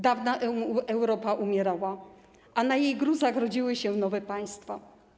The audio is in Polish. Dawna Europa umierała, a na jej gruzach rodziły się nowe państwa.